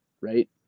right